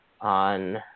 on